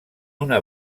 una